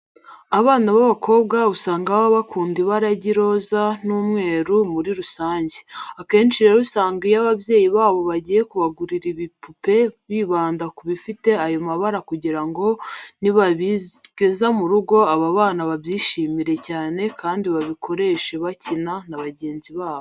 Abana b'abakobwa usanga baba bakunda ibara ry'iroze n'umweru muri rusange. Akenshi rero usanga iyo ababyeyi babo bagiye kubagurira ibipupe bibanda ku bifite ayo mabara kugira ngo nibabigeza mu rugo, aba bana babyishimire cyane kandi babikoreshe bakina na bagenzi babo.